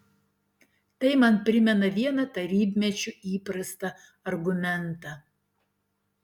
tai man primena vieną tarybmečiu įprastą argumentą